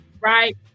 right